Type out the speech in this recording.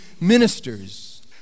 ministers